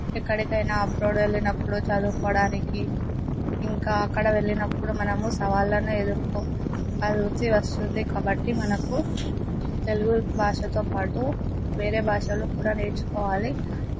ఎక్కడికైనా అబ్రాడ్ వెళ్ళినప్పుడు చదువుకోవడానికి ఇంకా అక్కడ వెళ్ళినప్పుడు మనము సవాళ్ళను ఎదుర్కోవాల్సి వస్తుంది కాబట్టి మనకు తెలుగు భాషతో పాటు వేరే భాషలు కూడా నేర్చుకోవాలి